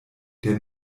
der